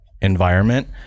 environment